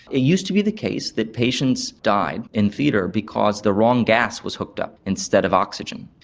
it used to be the case that patients died in theatre because the wrong gas was hooked up instead of oxygen.